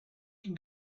can